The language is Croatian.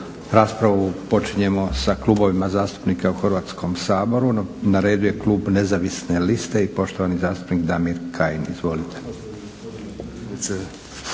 Raspravu počinjemo sa klubovima zastupnika u Hrvatskom saboru. Na redu je klub Nezavisne liste i poštovani zastupnik Damir Kajin. **Kajin,